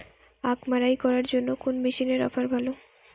আখ মাড়াই করার জন্য কোন মেশিনের অফার ভালো?